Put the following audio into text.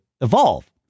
evolve